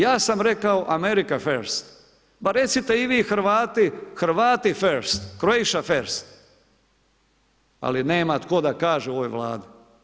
Ja sam rekao Amerika first pa recite i vi Hrvati, Hrvati first, Croatia first, ali nema tko da kaže u ovoj Vladi.